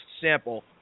sample